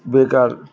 বেকার